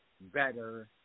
better